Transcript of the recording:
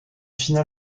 final